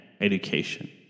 education